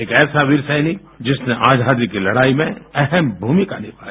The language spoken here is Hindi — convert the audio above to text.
एक ऐसा वीर सैनिक जिसने आजादी की लडाई में अहम भूमिका निभाई